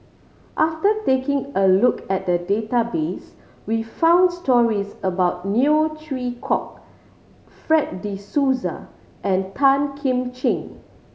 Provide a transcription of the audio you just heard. after taking a look at the database we found stories about Neo Chwee Kok Fred De Souza and Tan Kim Ching